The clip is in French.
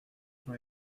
sont